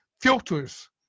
filters